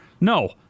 No